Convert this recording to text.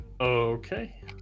Okay